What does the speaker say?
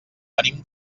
venim